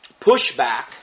pushback